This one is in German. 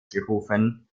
gerufen